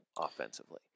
offensively